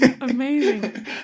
Amazing